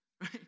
right